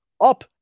up